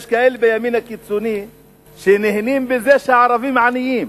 יש כאלה בימין הקיצוני שנהנים מזה שהערבים עניים.